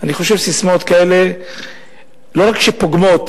אני חושב שססמאות כאלה לא רק פוגמות